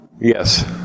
Yes